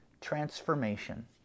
transformation